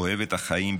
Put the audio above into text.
אוהב את החיים,